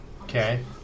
Okay